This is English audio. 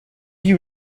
you